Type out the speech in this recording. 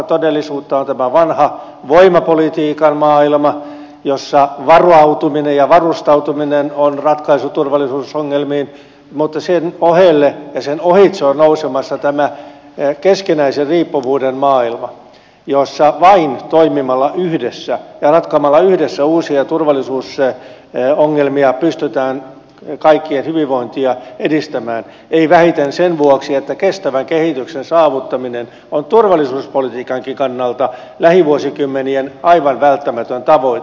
on tämä vanha voimapolitiikan maailma jossa varautuminen ja varustautuminen ovat ratkaisu turvallisuusongelmiin mutta sen ohelle ja sen ohitse on nousemassa tämä keskinäisen riippuvuuden maailma jossa vain toimimalla yhdessä ja ratkomalla yhdessä uusia turvallisuusongelmia pystytään kaikkien hyvinvointia edistämään ei vähiten sen vuoksi että kestävän kehityksen saavuttaminen on turvallisuuspolitiikankin kannalta lähivuosikymmenien aivan välttämätön tavoite